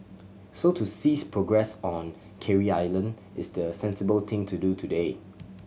so to cease progress on Carey Island is the sensible thing to do today